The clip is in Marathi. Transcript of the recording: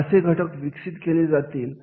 असे घटक विकसित केली जातील